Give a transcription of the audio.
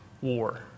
war